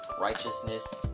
righteousness